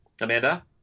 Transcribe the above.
Amanda